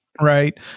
Right